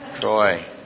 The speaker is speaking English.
Troy